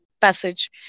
passage